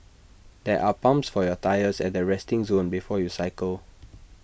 there are pumps for your tyres at the resting zone before you cycle